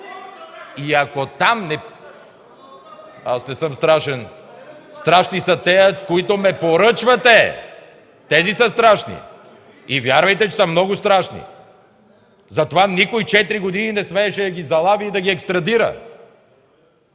БОЙКО БОРИСОВ: Аз не съм страшен. Страшни са тези, на които ме поръчвате, тези са страшни! И вярвайте, че са много страшни! Затова никой четири години не смееше да ги залавя и да ги екстрадира.